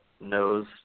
knows